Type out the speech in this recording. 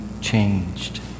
changed